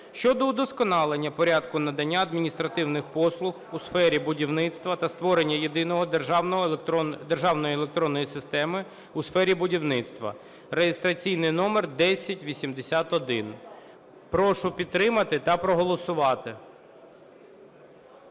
щодо удосконалення порядку надання адміністративних послуг у сфері будівництва та створення Єдиної державної електронної системи у сфері будівництва (реєстраційний номер 1081). Прошу підтримати та проголосувати.